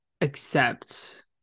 accept